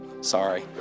sorry